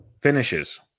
finishes